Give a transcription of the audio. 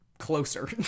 closer